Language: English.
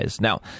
Now